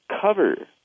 cover